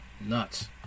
nuts